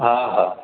हा हा